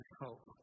hope